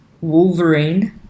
Wolverine